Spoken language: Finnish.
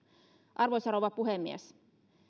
arvoisa rouva puhemies